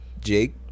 jake